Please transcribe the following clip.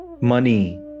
money